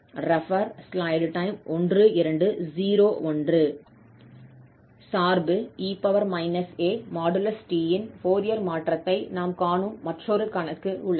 சார்பு e at ன் Fourier மாற்றத்தை நாம் காணும் மற்றொரு கணக்கு உள்ளது